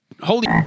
holy